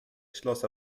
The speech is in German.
schloss